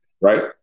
right